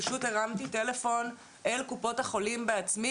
פשוט הרמתי טלפון אל קופות החולים בעצמי